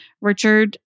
Richard